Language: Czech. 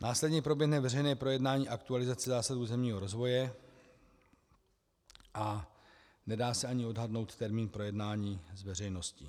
Následně proběhne veřejné projednání aktualizace zásad územního rozvoje a nedá se ani odhadnout termín projednání s veřejností.